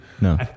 No